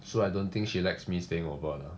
so I don't think she likes me staying over ah